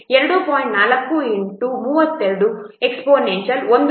effort ಅನ್ನು 2